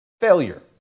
failure